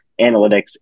analytics